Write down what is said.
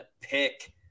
pick